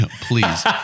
please